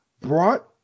brought